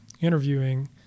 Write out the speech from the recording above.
interviewing